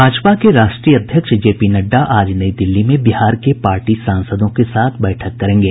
भाजपा के राष्ट्रीय अध्यक्ष जे पी नड्डा आज नई दिल्ली में बिहार के पार्टी सांसदों के साथ बैठक करेंगे